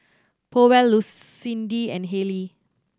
Powell Lucindy and Haylie